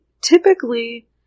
typically